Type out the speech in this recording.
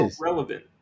relevant